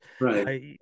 right